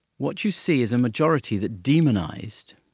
what you see is a majority that demonised,